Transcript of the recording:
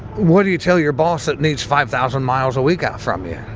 what do you tell your boss that needs five thousand miles a week out from you?